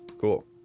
cool